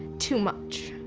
too much.